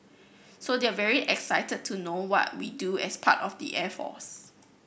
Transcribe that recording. so they're very excited to know what we do as part of the air force